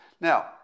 Now